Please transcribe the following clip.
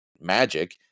magic